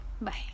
Bye